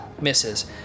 misses